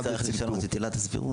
גם פה נצטרך לשנות את עילת הסבירות.